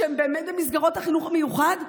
שהם באמת במסגרות החינוך המיוחד,